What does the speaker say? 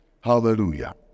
Hallelujah